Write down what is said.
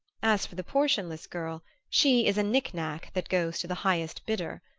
as for the portionless girl, she is a knick-knack that goes to the highest bidder.